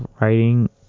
writing